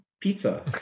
pizza